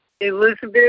Elizabeth